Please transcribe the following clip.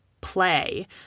play